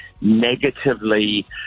negatively